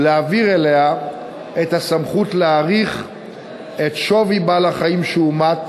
ולהעביר אליה את הסמכות להעריך את שווי בעל-החיים שהומת